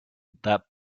that